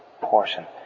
portion